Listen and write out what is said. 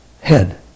head